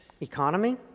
economy